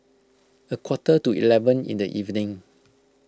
a quarter to eleven in the evening